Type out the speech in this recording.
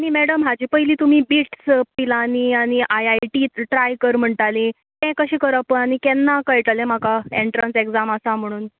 आनी मॅडम हाजें पयली तुमी बिट्स पिलानी आनी आय आय टी ट्राय कर म्हणटाली तें कशें करप आनी केन्ना कळटलें म्हाका ऍट्रन्स ऍक्झाम आसा म्हणून